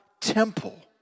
temple